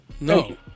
no